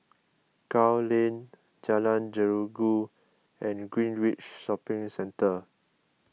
Gul Lane Jalan Jeruju and Greenridge Shopping Centre